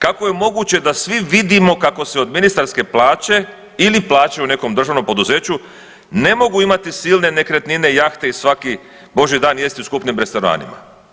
Kako je moguće da svi vidimo kako se od ministarske plaće, ili plaće u nekom državnom poduzeću, ne mogu imati silne nekretnine, jahte i svaki božji dan jesti u skupim restoranima.